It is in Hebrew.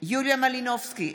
אבי ניסנקורן,